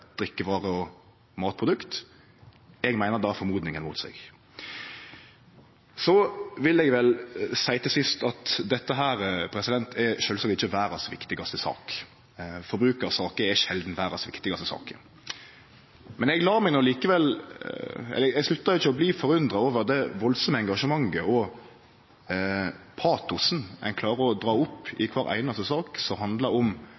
og matprodukt. Eg meiner det har «formodningen» mot seg. Så vil eg seie til sist at dette sjølvsagt ikkje er verdas viktigaste sak. Forbrukarsaker er sjeldan verdas viktigaste saker. Men eg sluttar ikkje å bli forundra over det enorme engasjementet og patosen ein klarar å dra opp i kvar einaste sak som handlar om